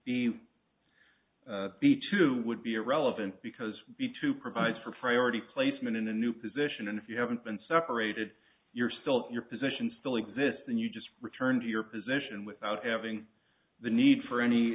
be b two would be irrelevant because b to provide for priority placement in a new position and if you haven't been separated you're still your position still exists and you just return to your position without having the need for any